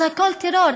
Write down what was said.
אז הכול טרור.